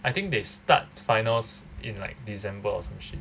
I think they start finals in like december or some shit